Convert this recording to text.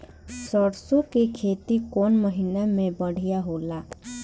सरसों के खेती कौन महीना में बढ़िया होला?